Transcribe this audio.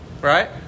Right